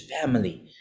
family